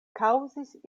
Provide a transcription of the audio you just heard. kaŭzis